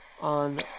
on